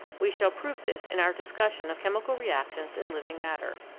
we shall prove this in our discussion of chemical reactions in living matter.